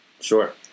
Sure